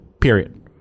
period